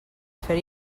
fer